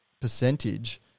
percentage